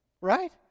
Right